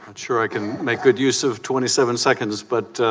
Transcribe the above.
and sure i can make good use of twenty seven seconds but